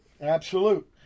absolute